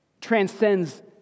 transcends